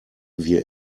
wir